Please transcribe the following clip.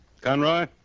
Conroy